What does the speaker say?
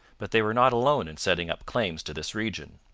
but they were not alone in setting up claims to this region.